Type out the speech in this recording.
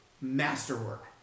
masterwork